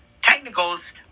Technicals